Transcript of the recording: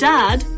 Dad